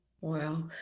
Wow